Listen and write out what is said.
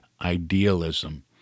idealism